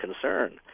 concern